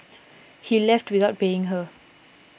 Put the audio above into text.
he left without paying her